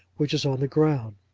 which is on the ground.